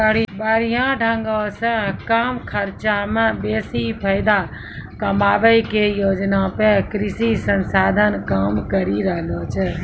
बढ़िया ढंगो से कम खर्चा मे बेसी फायदा कमाबै के योजना पे कृषि संस्थान काम करि रहलो छै